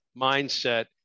mindset